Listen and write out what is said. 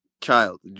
child